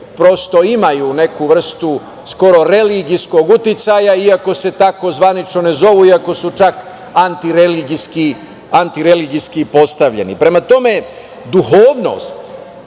koje imaju neku vrstu, skoro religijskog uticaja, iako se tako zvanično ne zovu, iako su čak anti-religijski postavljeni. Prema tome, duhovnost,